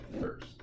first